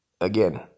again